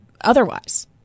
otherwise